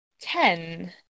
Ten